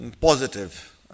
positive